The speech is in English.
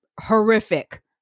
horrific